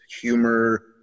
humor